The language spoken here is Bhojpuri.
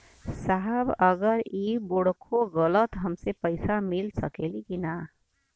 साहब अगर इ बोडखो गईलतऽ हमके पैसा मिल सकेला की ना?